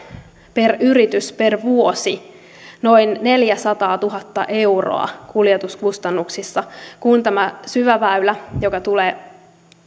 per yritys per vuosi noin neljäsataatuhatta euroa kuljetuskustannuksissa kun tämä syväväylä tulee